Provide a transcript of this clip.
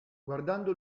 guardando